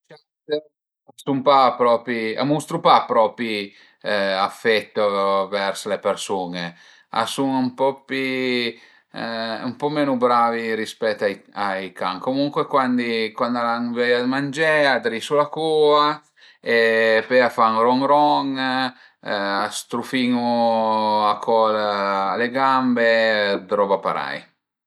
A sun pa propi, a mustu pa propi affetto vers le persun-e, a sun ën po pi, ën po menu bravi rispet ai can, comuncue cuandi cuand al an vöia dë mangé e drisu la cua e pöi a fan ël ron ron, a së strufin-u a col a le gambe, roba parei